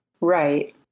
Right